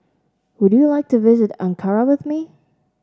would you like to visit Ankara with me